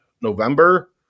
November